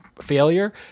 failure